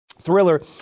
thriller